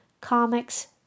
comics